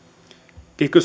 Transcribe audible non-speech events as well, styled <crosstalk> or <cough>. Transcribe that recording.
kiky <unintelligible>